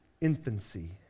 infancy